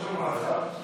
ראש המועצה,